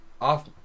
off